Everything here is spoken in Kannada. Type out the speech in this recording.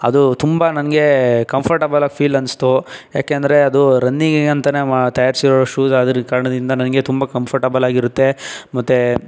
ಅದು ತುಂಬ ನನಗೆ ಕಂಫರ್ಟೆಬಲಾಗಿ ಫೀಲ್ ಅನಿಸ್ತು ಯಾಕೆಂದರೆ ಅದು ರನ್ನಿಂಗಿಗೆ ಅಂತಲೇ ಮಾ ತಯಾರಿಸಿರೋ ಶೂಸ್ ಆಗಿರೋ ಕಾರಣದಿಂದ ನನಗೆ ತುಂಬ ಕಂಫರ್ಟೆಬಲಾಗಿರತ್ತೆ ಮತ್ತು